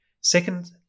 Second